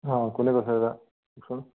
অঁ কোনে কৈছে দাদা চোন